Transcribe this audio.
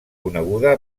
coneguda